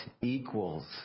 equals